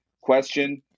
question